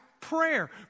Prayer